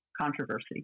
controversy